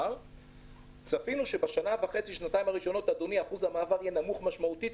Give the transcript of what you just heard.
צפינו שבשנתיים הראשונות אחוז המעבר יהיה נמוך משמעותית,